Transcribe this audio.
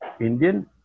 Indian